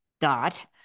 dot